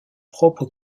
propres